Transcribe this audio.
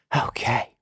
Okay